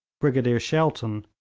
brigadier shelton,